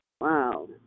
Wow